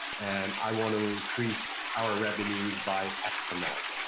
and i want to increase our revenues by x amount,